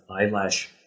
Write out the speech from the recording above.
eyelash